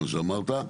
כמו שאמרת,